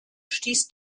stieß